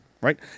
right